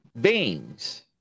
beings